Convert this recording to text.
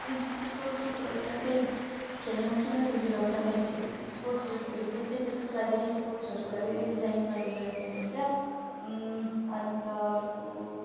sports सुजहरूतिर चाहिँ खेल्नु किन सजिलो हुन्छ भने त्यो स्पोर्ट्स सुज त्यसले चाहिँ त्यसको लागि नै स्पोर्ट्सहरूको लागि नै डिजाइन गरेर राखेको हुन्छ अन्त अर्को